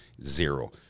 Zero